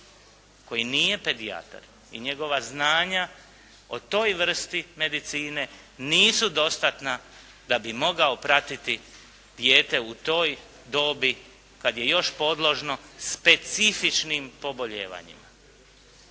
koji nije pedijatar i njegova znanja o toj vrsti medicine nisu dostatna da bi mogao pratiti dijete u toj dobi kad je još podložno specifičnim obolijevanjima.